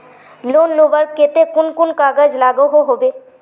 Loan लुबार केते कुन कुन कागज लागोहो होबे?